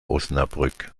osnabrück